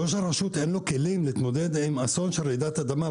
לראש הרשות אין כלים להתמודד עם אסון של רעידת אדמה,